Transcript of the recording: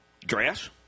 Dress